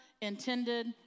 intended